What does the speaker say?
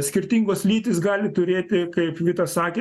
skirtingos lytys gali turėti kaip vita sakė